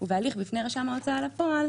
"ובהליך בפני רשם ההוצאה לפועל,